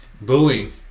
Booing